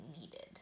needed